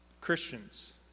Christians